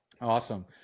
awesome